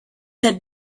had